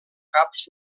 caps